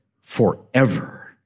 forever